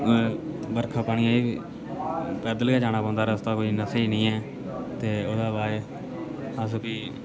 बरखा पानियै च बी पैदल गै जाना पौंदा रस्ता कोई इन्ना स्हेई नेईं ऐ ते ओह्दा बाद अस फ्ही